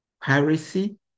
piracy